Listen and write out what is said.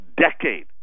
decade